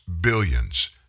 billions